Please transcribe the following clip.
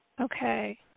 Okay